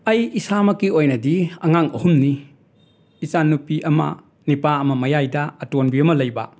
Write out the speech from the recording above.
ꯑꯩ ꯏꯁꯥꯃꯛꯀꯤ ꯑꯣꯏꯅꯗꯤ ꯑꯉꯥꯡ ꯑꯍꯨꯝꯅꯤ ꯏꯆꯥꯅꯨꯄꯤ ꯑꯃ ꯅꯤꯄꯥ ꯑꯃ ꯃꯌꯥꯏꯗ ꯑꯇꯣꯟꯕꯤ ꯑꯃ ꯂꯩꯕ